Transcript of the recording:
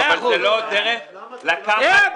אבל זאת לא דרך לקחת --- איתן,